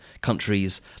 countries